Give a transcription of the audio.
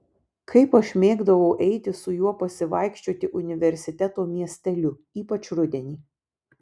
kaip aš mėgdavau eiti su juo pasivaikščioti universiteto miesteliu ypač rudenį